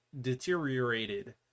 deteriorated